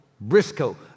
Briscoe